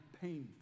painful